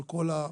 על כל המשתמע,